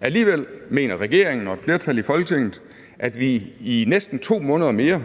Alligevel mener regeringen og et flertal i Folketinget, at vi i næsten 2 måneder mere,